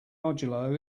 modulo